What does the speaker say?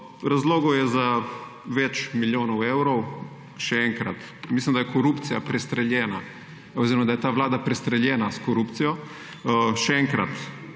Razlogov je za več milijonov evrov. Še enkrat. Mislim, da je korupcija prestreljena oziroma da je ta vlada prestreljena s korupcijo. Še enkrat,